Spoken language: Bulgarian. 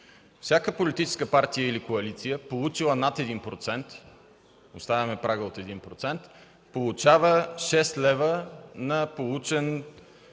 Всяка политическа партия или коалиция, получила над 1% (оставяме прага от 1%), получава 6 лв. на получен